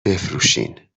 بفروشین